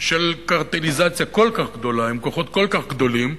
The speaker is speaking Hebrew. של קרטליזציה כל כך גדולה, עם כוחות כל כך גדולים.